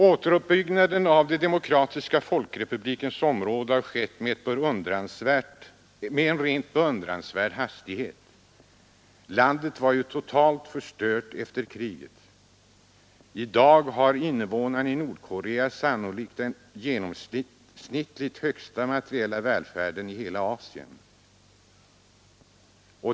Återuppbyggnaden av Demokratiska folkrepublikens område har skett med en rent beundransvärd hastighet. Landet var totalt förstört efter kriget. I dag har invånarna i Nordkorea sannolikt den genomsnittligt högsta materiella välfärden i hela Asien.